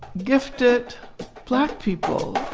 gifted black people